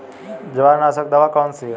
जवार नाशक दवा कौन सी है?